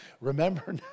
Remember